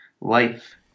life